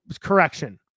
correction